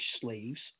slaves